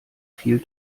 viel